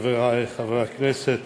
חברי חברי הכנסת,